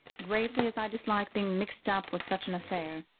greatly as i dislike being mixed up with such an affair.